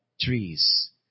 trees